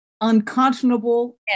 unconscionable